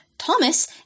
Thomas